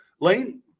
Lane